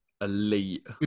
elite